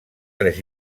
tres